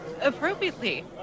appropriately